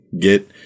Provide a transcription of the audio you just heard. get